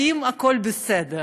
האם הכול בסדר?